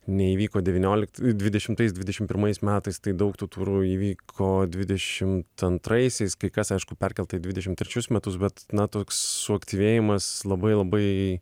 neįvyko devyniolik dvidešimtais dvidešim pirmais metais tai daug tų turų įvyko dvidešimt antraisiais kai kas aišku perkelta į dvidešim trečius metus bet na toks suaktyvėjimas labai labai